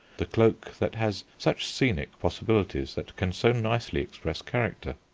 the cloak that has such scenic possibilities, that can so nicely express character.